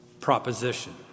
proposition